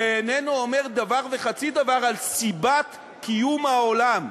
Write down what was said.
ואיננו אומר דבר וחצי דבר על סיבת קיום העולם.